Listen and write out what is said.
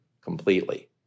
completely